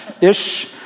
ish